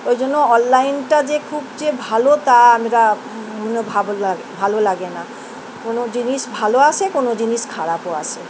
ওই জন্য অনলাইনটা যে খুব যে ভালো তা আমরা ভাব ভালো লাগে না কোনো জিনিস ভালো আসে কোনো জিনিস খারাপও আসে